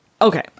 Okay